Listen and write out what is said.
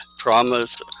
Traumas